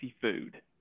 food